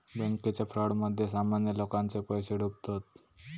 बॅन्केच्या फ्रॉडमध्ये सामान्य लोकांचे पैशे डुबतत